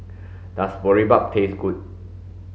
does Boribap taste good